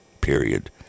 period